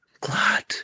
glad